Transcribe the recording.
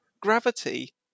gravity